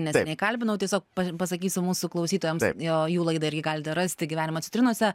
neseniai kalbinau tiesiog p pasakysiu mūsų klausytojams jo jų laidai irgi galite rasti gyvenimo citrinose